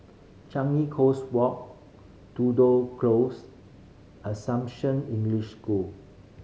Changi Coast Walk Tudor Close Assumption English School